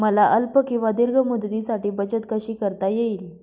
मला अल्प किंवा दीर्घ मुदतीसाठी बचत कशी करता येईल?